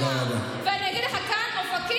קצת שייפתח לכם הלב, קצת.